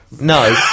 No